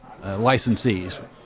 licensees